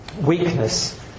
Weakness